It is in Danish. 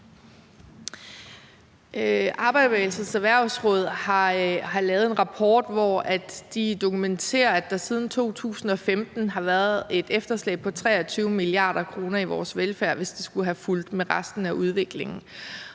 Arbejderbevægelsens Erhvervsråd har lavet en rapport, hvor de dokumenterer, at der siden 2015 har været et efterslæb på 23 mia. kr. i vores velfærd, hvis den skulle have fulgt med resten af udviklingen.